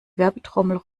werbetrommel